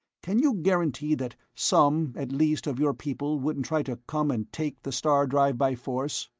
can you guarantee that some, at least, of your people wouldn't try to come and take the star-drive by force?